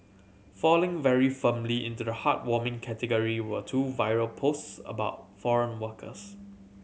falling very firmly into the heartwarming category were two viral posts about foreign workers